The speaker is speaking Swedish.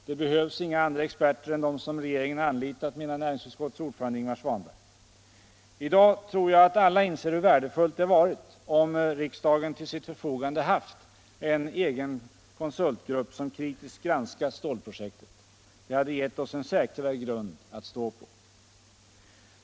Det behövs inga andra experter än de som regeringen anlitat, menade NU:s ordförande Ingvar Svanberg. I dag inser alla, tror jag, hur värdefullt det varit om riksdagen till sitt förfogande haft en egen konsultgrupp som kritiskt granskat stålprojektet. Det hade gett oss en säkrare grund att stå på.